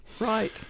Right